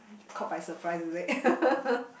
caught by surprise is it